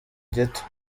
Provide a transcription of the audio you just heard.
gito